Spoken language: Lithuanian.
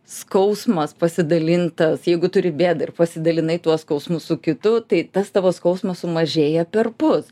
skausmas pasidalintas jeigu turi bėdą ir pasidalinai tuo skausmu su kitu tai tas tavo skausmas sumažėja perpus